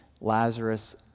Lazarus